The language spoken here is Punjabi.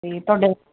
ਇਹ ਤੁਹਾਡੇ